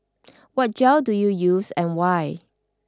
what gel do you use and why